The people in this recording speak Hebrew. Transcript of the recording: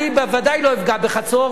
אני בוודאי לא אפגע בחצור,